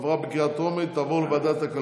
אבל זה לא הרבה זמן,